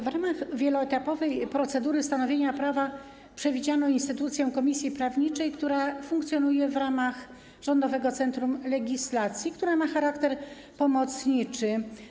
W ramach wieloetapowej procedury stanowienia prawa przewidziano instytucję komisji prawniczej, która funkcjonuje w ramach Rządowego Centrum Legislacji, która ma charakter pomocniczy.